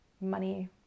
money